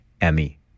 emmy